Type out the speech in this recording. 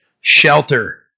shelter